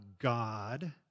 God